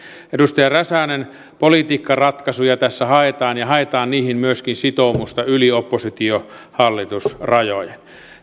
edustaja räsänen politiikkaratkaisuja tässä haetaan ja haetaan niihin myöskin sitoumusta yli oppositio hallitusrajojen